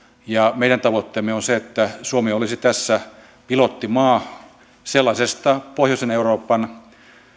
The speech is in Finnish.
ja meidän tavoitteemme on se että suomi olisi tässä pilottimaa sellaisesta pohjoisen euroopan